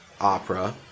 Opera